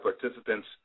participants